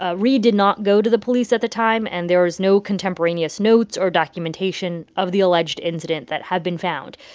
ah reade did not go to the police at the time, and there is no contemporaneous notes or documentation of the alleged incident that had been found.